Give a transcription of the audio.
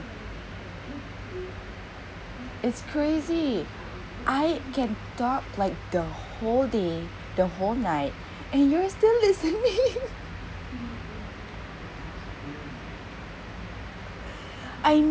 it's crazy I can talk like the whole day the whole night and you're still listening I know